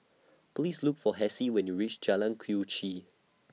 Please Look For Hassie when YOU REACH Jalan Quee Chee